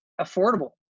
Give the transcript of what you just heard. affordable